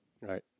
Right